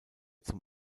zum